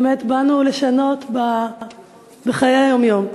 באמת באנו לשנות בחיי היום-יום.